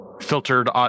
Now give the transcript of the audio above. filtered